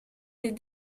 des